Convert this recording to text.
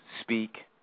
Speak